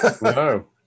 No